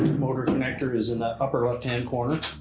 motor connector is in that upper left-hand corner.